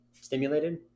stimulated